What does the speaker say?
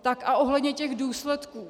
Tak a ohledně těch důsledků.